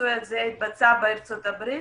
הניסוי התבצע בארצות הברית